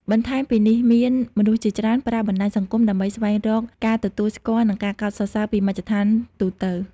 នបន្ថែមពីនេះមាន មនុស្សជាច្រើនប្រើបណ្តាញសង្គមដើម្បីស្វែងរកការទទួលស្គាល់ និងការកោតសរសើរពីមជ្ឈដ្ឋានទូទៅ។